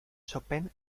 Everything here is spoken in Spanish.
chopin